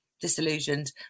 disillusioned